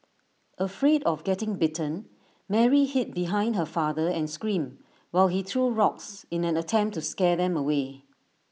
afraid of getting bitten Mary hid behind her father and screamed while he threw rocks in an attempt to scare them away